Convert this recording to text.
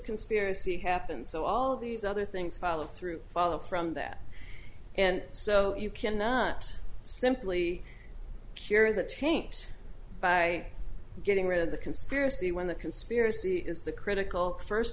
conspiracy happened so all of these other things follow through follow from that and so you cannot simply cure the taint by getting rid of the conspiracy when the conspiracy is the critical first